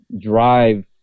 drive